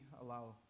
allow